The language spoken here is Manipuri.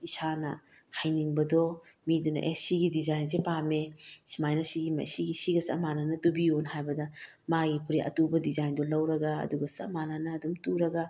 ꯏꯁꯥꯅ ꯍꯩꯅꯤꯡꯕꯗꯣ ꯃꯤꯗꯨꯅ ꯑꯦ ꯁꯤꯒꯤ ꯗꯤꯖꯥꯏꯟꯁꯦ ꯄꯥꯝꯃꯦ ꯁꯨꯃꯥꯏꯅ ꯁꯤꯒꯤ ꯁꯤꯒ ꯆꯞ ꯃꯥꯟꯅꯅ ꯇꯨꯕꯤꯌꯣꯅ ꯍꯥꯏꯕꯗ ꯃꯥꯒꯤ ꯐꯨꯔꯤꯠ ꯑꯇꯨꯕ ꯗꯤꯖꯥꯏꯟꯗꯣ ꯂꯧꯔꯒ ꯑꯗꯨꯒ ꯆꯞ ꯃꯥꯅꯅꯅ ꯑꯗꯨꯝ ꯇꯨꯔꯒ